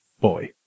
boy